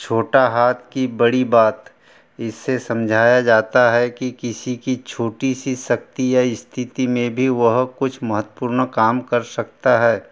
छोटा हाथ की बड़ी बात इसे समझाया जाता है कि किसी की छोटी सी शक्ति या स्थिति में भी वह कुछ महत्त्वपूर्ण काम कर सकता है